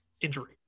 injury